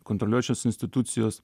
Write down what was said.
kontroliuojančios institucijos